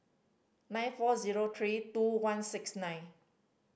nine four zero three two one six nine